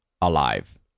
alive